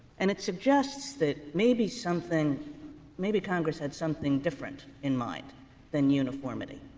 and it suggests that maybe something maybe congress had something different in mind than uniformity.